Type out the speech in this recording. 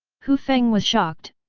hu feng was shocked,